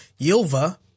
Yilva